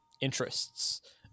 interests